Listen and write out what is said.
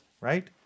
right